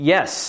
Yes